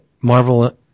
Marvel